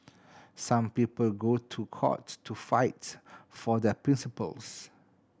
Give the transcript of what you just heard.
some people go to court to fight for their principles